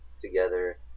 together